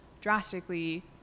drastically